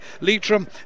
Leitrim